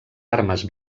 armes